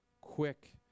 quick